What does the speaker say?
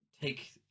...take